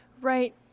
Right